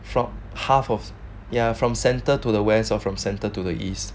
from half of ya from centre to the west or from centre to the east